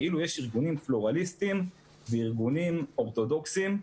כאילו יש ארגונים פלורליסטים וארגונים אורתודוכסים,